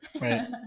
right